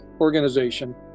organization